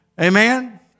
Amen